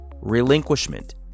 relinquishment